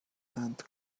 ant